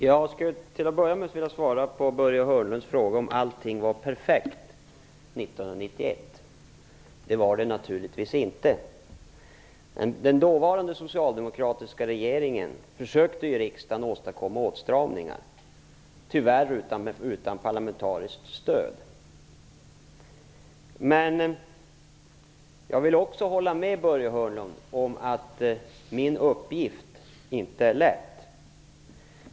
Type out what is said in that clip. Herr talman! Till att börja med vill jag svara på Börje Hörnlunds fråga om allting var perfekt 1991. Det var det naturligtvis inte. Men den dåvarande socialdemokratiska regeringen försökte i riksdagen att få igenom åtstramningar, tyvärr utan parlamentariskt stöd. Jag håller med Börje Hörnlund om att min uppgift inte är lätt.